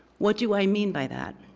what do i mean by that?